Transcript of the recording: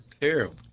terrible